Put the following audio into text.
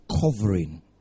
covering